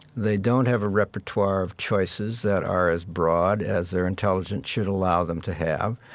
they don't have a repertoire of choices that are as broad as their intelligence should allow them to have.